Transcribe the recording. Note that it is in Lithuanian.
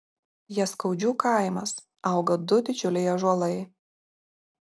jaskaudžių kaimas auga du didžiuliai ąžuolai